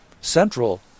central